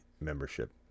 membership